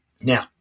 Now